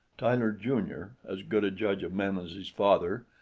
tyler, jr, as good a judge of men as his father,